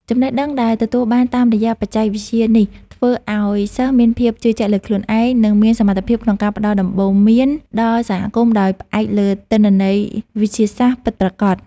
ចំណេះដឹងដែលទទួលបានតាមរយៈបច្ចេកវិទ្យានេះ ធ្វើឱ្យសិស្សមានភាពជឿជាក់លើខ្លួនឯង និងមានសមត្ថភាពក្នុងការផ្ដល់ដំបូន្មានដល់សហគមន៍ដោយផ្អែកលើទិន្នន័យវិទ្យាសាស្ត្រពិតប្រាកដ។